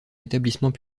établissement